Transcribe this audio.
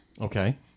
Okay